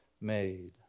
made